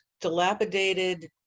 dilapidated